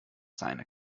seine